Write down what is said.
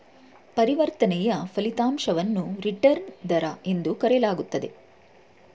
ಪರಿವರ್ತನೆಯ ಫಲಿತಾಂಶವನ್ನು ರಿಟರ್ನ್ ದರ ಎಂದು ಕರೆಯಲಾಗುತ್ತೆ